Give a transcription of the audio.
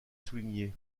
soulignée